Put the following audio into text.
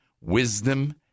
wisdom